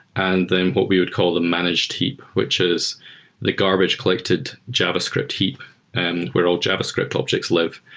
and then what we would call the managed heap, which is the garbage collected javascript heap and where all javascript objects live.